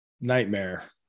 nightmare